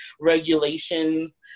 regulations